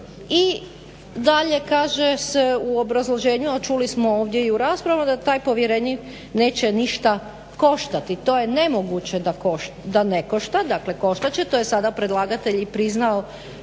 I dalje kaže se u obrazloženju, a čuli smo ovdje i u raspravi da taj povjerenik neće ništa koštati, to je nemoguće da ne košta, dakle koštat će, to je sada predlagatelj i priznao,